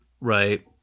Right